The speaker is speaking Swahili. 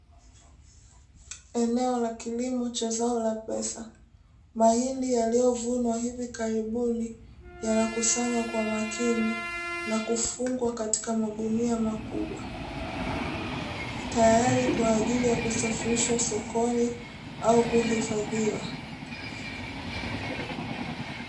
Eneo la kilimo cha zao la pesa, mahindi yaliyovunwa hivi karibuni yanakusanywa kwa makini, na kufungwa kwa magunia makubwa. Tayari kwa ajili ya kusafirishwa sokoni au kuhifadhiwa.